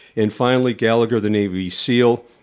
and finally, gallagher, the navy seal,